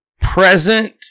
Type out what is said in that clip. present